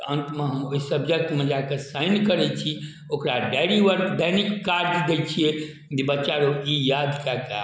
अन्तमे हम ओहि सब्जेक्टमे जाकऽ साइन करै छी ओकरा डायरी वर्क दैनिक काज दै छिए जे बच्चा रौ ई याद कऽ कऽ आ